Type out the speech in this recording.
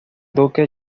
duque